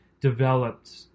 developed